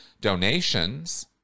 donations